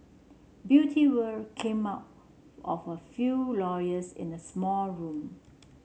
Beauty World came out of a few lawyers in a small room